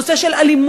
נושא של אלימות,